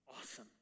awesome